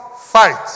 fight